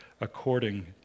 according